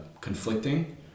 Conflicting